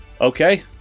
Okay